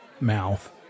mouth